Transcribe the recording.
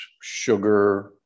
sugar